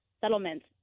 settlements